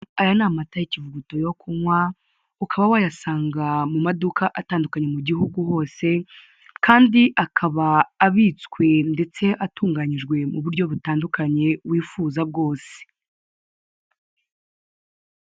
Aya ni amata y'ikivuguto yo nywa. Ukaba wayasanga mu maduka atandukanye mu gihugu cyose, kandi akaba abitse ndetse atunganyijwe mu buryo butandukanye ndetse wifuza bwose.